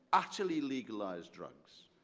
utterly legalized drugs,